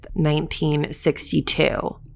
1962